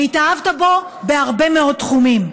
והתאהבת בו בהרבה מאוד תחומים.